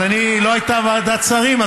אבל לא הייתה ועדת שרים,